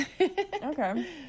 Okay